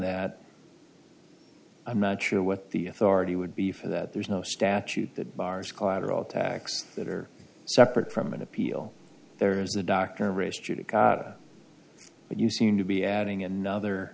that i'm not sure what the authority would be for that there's no statute that bars collateral attacks that are separate from an appeal there is a doctor race judicata but you seem to be adding another